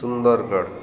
Sundargarh